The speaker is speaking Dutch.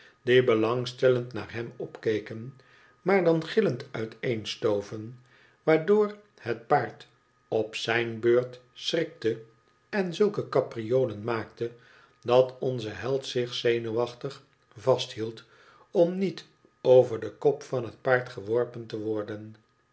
die belangstellend naar hem opkeken maar dan gillend uiteenstoven waardoor het paard op zijn beurt schrikte en zulke capriolen maakte dat onze held zich zenuwachtig vasthield om niet over den kop van het paard geworpen te worden